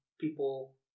people